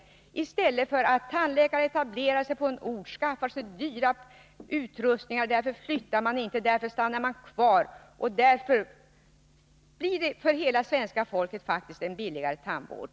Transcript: Om en tandläkare i stället etablerar sig på en ort och skaffar sig en dyr utrustning, flyttar han inte utan stannar kvar. Därför blir det för hela svenska folket faktiskt en billigare tandvård.